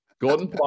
gordon